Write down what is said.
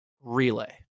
relay